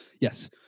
Yes